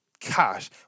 cash